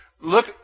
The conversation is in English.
look